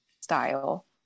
style